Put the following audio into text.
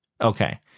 Okay